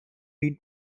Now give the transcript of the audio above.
been